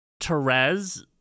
Therese